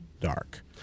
dark